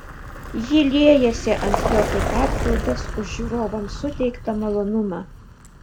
ji liejasi ant jo kaip atpildas už žiūrovams suteiktą malonumą